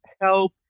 help